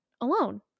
alone